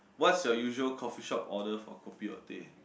what's your usual coffeeshop order for kopi or teh